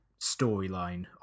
storyline